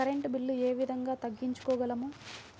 Current bill ఏ విధంగా తగ్గించుకోగలము?